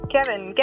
Kevin